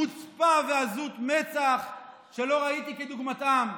חוצפה ועזות מצח שלא ראיתי כדוגמתן.